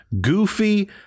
goofy